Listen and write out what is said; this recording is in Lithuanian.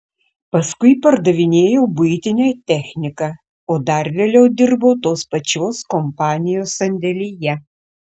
paskui pardavinėjau buitinę techniką o dar vėliau dirbau tos pačios kompanijos sandėlyje